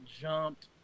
jumped